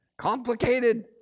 complicated